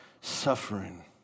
suffering